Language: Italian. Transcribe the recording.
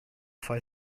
file